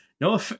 no